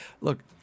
look